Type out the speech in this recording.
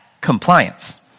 compliance